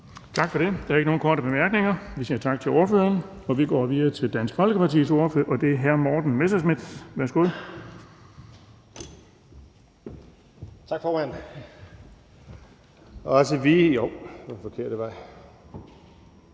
Tak for det. Der er ikke nogen korte bemærkninger, så vi siger tak til ordføreren. Vi går videre til Enhedslistens ordfører, og det er hr. Søren Egge Rasmussen. Værsgo.